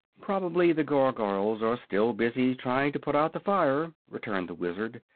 probably the gargoyles are still busy trying to put out the fire, returned the wizard.